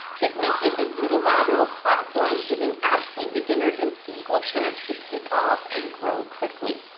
this makes it a unilateral platform, giving absolute beginners an equal chance to take off and grow quickly.